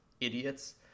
idiots